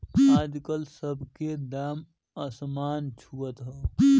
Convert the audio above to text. आजकल सब के दाम असमान छुअत हौ